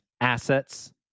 assets